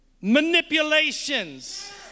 manipulations